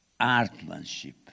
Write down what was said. artmanship